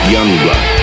Youngblood